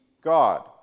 God